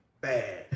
bad